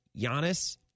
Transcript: Giannis